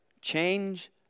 Change